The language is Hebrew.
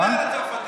דבר על הצרפתי.